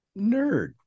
nerd